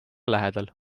lähedal